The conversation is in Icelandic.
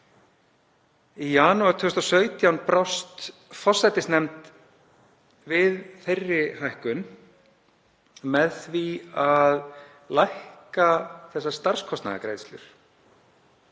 Í janúar 2017 brást forsætisnefnd við þeirri hækkun með því að lækka þessar starfskostnaðargreiðslur.